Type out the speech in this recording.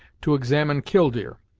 to examine killdeer,